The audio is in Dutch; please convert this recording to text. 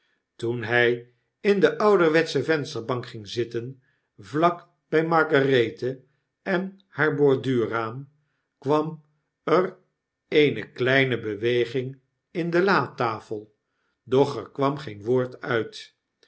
toen hij in de ouderwetsche vensterbank ging zitten vlak by margarethe enhaar borduurraam kwam er eene kleine beweging in de latafel doch er kwam geen woord uit